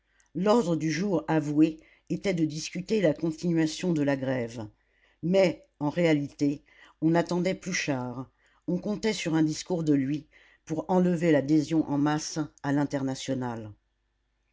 l'ordre du jour avoué était de discuter la continuation de la grève mais en réalité on attendait pluchart on comptait sur un discours de lui pour enlever l'adhésion en masse à l'internationale